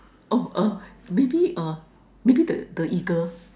oh uh maybe uh maybe the eagle